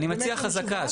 אני מציע חזקה.